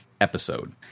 episode